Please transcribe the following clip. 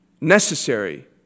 necessary